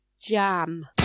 jam